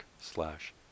slash